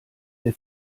der